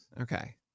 Okay